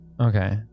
Okay